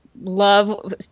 love